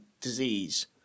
disease